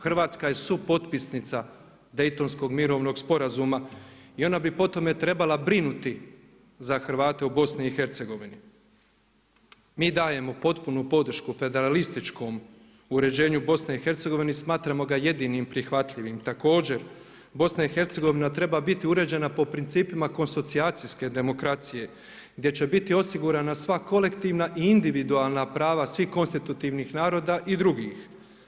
Hrvatska je supotpisnica Daytonskog mirovnog sporazuma i ona bi po tome trebala brinuti za Hrvate u BiH-u. mi dajemo potpunu podršku federalističkom uređenju BiH-a, smatramo ga jedinim prihvatljivim također BiH treba biti uređena po principa konsocijacijske demokracije gdje će biti osigurana sva kolektivna i individualna prava svih konstitutivnih narod i drugih.